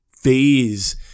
phase